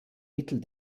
mittel